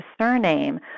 surname